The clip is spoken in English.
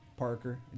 Parker